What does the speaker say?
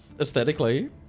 Aesthetically